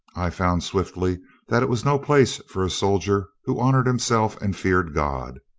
i found swiftly that it was no place for a soldier who honored himself and feared god.